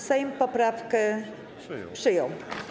Sejm poprawkę przyjął.